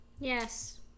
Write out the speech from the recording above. Yes